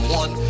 one